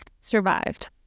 survived